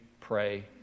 pray